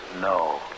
No